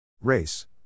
race